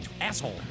asshole